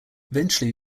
eventually